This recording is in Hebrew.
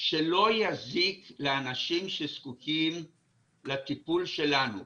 שלא יזיק לאנשים שזקוקים לטיפול שלנו.